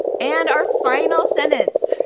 and our final sentence,